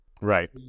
Right